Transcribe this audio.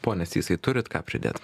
pone sysai turit ką pridėt